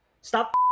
Stop